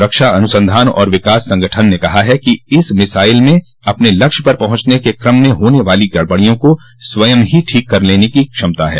रक्षा अनुसंधान और विकास संगठन ने कहा है कि इस मिसाइल में अपने लक्ष्य पर पहुंचने के क्रम म होने वाली गड़बडियों को स्वयं ही ठीक कर लेने की क्षमता है